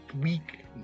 week